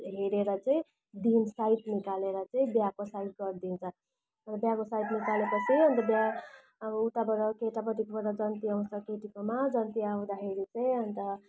हेरेर चाहिँ दिन साइत निकालेर चाहिँ बिहाको साइत गरिदिन्छ बिहाको साइत निकाले पछि अन्त बिहा उताबाट केटापट्टिकोबाट जन्ती आउँछ केटीकोमा जन्ती आउँदाखेरि चाहिँ अन्त